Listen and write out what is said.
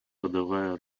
подавая